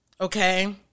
Okay